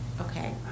Okay